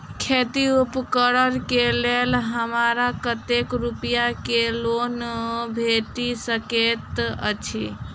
खेती उपकरण केँ लेल हमरा कतेक रूपया केँ लोन भेटि सकैत अछि?